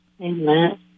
Amen